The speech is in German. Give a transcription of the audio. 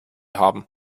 haben